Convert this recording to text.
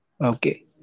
okay